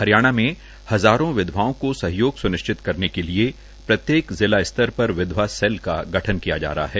ह रयाणा म हज़ार वधवाओं को सहयोग सु न चित करने के लए येक जिला तर पर वधवा सेल का गठन कया जा रहा है